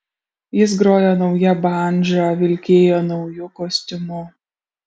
jis grojo nauja bandža vilkėjo nauju kostiumu